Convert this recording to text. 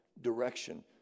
direction